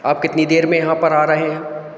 आप कितनी देर में यहाँ पर आ रहे हैं